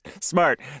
Smart